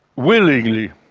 willingly,